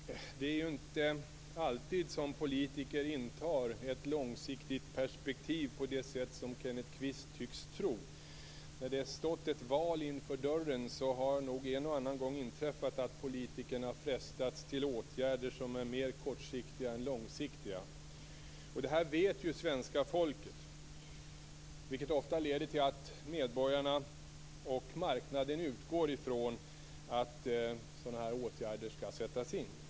Fru talman! Det är ju inte alltid som politiker intar ett långsiktigt perspektiv på det sätt som Kenneth Kvist tycks tro. När det har stått ett val inför dörren har det nog en och annan gång inträffat att politikerna har frestats till åtgärder som är mer kortsiktiga än långsiktiga. Detta vet ju svenska folket, vilket ofta leder till att medborgarna och marknaden utgår från att sådana här åtgärder skall sättas in.